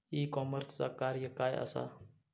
E कॉमर्सचा कार्य काय असा?